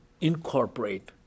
incorporate